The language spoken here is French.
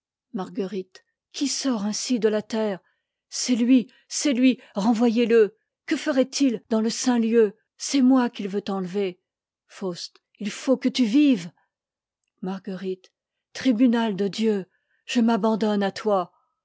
maruerite qui sort ainsi de la terre c'est lui c'est lui i renvoyez le que ferait-il dans le saint lieu c'est nmoiqu'itveutentever faust il faut que tu vives marguerite f tribunal de dieu je m'abandonne à toi